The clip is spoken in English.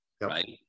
right